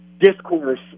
discourse